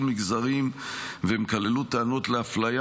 הפניות האלה חצו מגזרים והן כללו טענות לאפליה